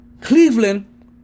Cleveland